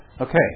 Okay